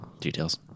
Details